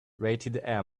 rated